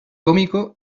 cómico